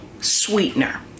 sweetener